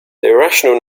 irrational